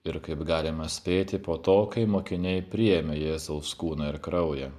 ir kaip galima spėti po to kai mokiniai priėmė jėzaus kūną ir kraują